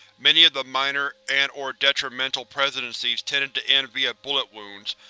many of the minor and or detrimental presidencies tended to end via bullet wounds,